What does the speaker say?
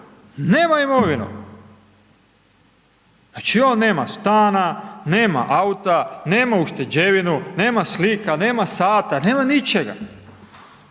nema imovinu, znači, on nema stana, nema auta, nema ušteđevinu, nema slika, nema sata, nema ničega,